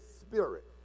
spirit